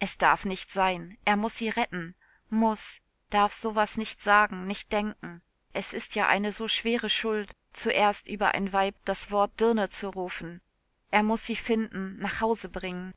es darf nicht sein er muß sie retten muß darf sowas nicht sagen nicht denken es ist ja eine so schwere schuld zuerst über ein weib das wort dirne zu rufen er muß sie finden nach hause bringen